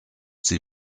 sie